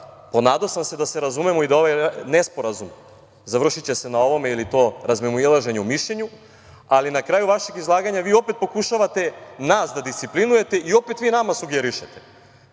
ponadao sam se da se razumemo i da će se ovaj nesporazum završiti na ovome ili to razmimoilaženje u mišljenju, ali na kraju vašeg izlaganja vi opet pokušavate nas da disciplinujete i opet vi nama sugerišete.